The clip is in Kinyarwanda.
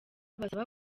basaba